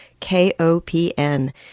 KOPN